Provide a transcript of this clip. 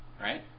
right